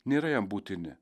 nėra jam būtini